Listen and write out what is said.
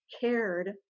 cared